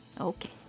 Okay